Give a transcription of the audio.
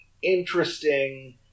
interesting